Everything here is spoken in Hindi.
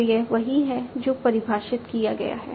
तो यह वही है जो परिभाषित किया गया है